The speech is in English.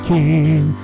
King